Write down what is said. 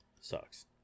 sucks